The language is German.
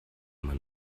man